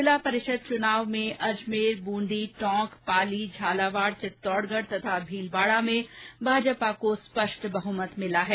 जिला परिषद चुनाव में अजमेर ब्रंदी टोंक पाली झालावाड चित्तौडगढ तथा भीलवाडा में भाजपा को स्पष्ट बहमत मिला है